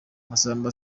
masamba